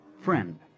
Friend